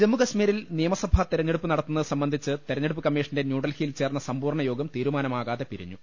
ജമ്മു കശ്മീരിൽ നിയമസഭാ തെരഞ്ഞെടുപ്പ് നടത്തുന്നത് സംബന്ധിച്ച് തെരഞ്ഞെടുപ്പ് കമ്മീഷന്റെ ന്യൂഡൽ ഹ്ഗിയിൽ ചേർന്ന സമ്പൂർണ്ണയോഗം തീരുമാനമാകാതെ പിരിഞ്ഞു